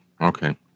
Okay